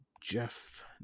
Jeff